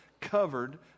covered